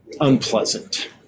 Unpleasant